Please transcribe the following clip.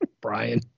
Brian